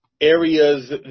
areas